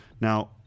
Now